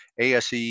ASE